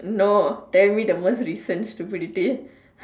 no tell me the most recent stupidity